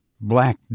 black